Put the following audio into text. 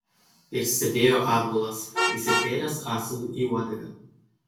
ir sėdėjo atbulas įsitvėręs asilui į uodegą